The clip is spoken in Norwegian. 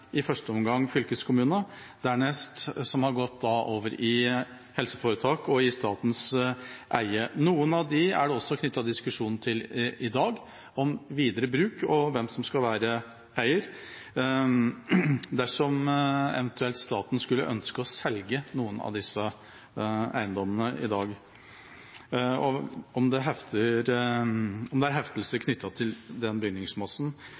har dernest gått over til helseforetak og statens eie. Noen av dem er det også knyttet diskusjon rundt i dag når det gjelder videre bruk og hvem som skal være eier dersom staten eventuelt skulle ønske å selge noen av disse eiendommene i dag – om det er heftelser knyttet til denne bygningsmassen når den er gitt bort gratis, eller for én krone. Det er